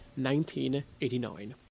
1989